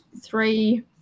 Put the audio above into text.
three